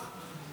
יש חוק,